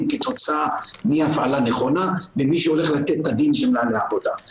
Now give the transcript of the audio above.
כתוצאה מאי הפעלה נכונה ומי שהולך לתת את הדין זה מנהלי העבודה.